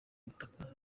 butaka